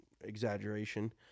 exaggeration